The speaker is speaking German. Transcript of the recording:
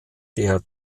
der